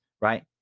right